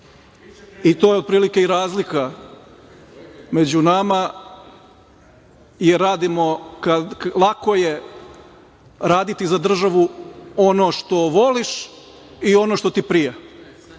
To je otprilike i razlika među nama. Lako je raditi za državu ono što voliš i ono što ti prija.